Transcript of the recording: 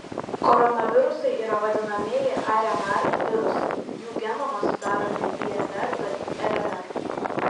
koronavirusai yra vadinamieji rnr virusai jų genomą sudaro ne dnr bet rnr